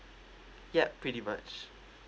yup pretty much